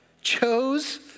chose